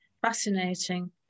fascinating